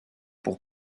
pour